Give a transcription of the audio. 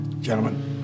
gentlemen